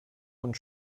und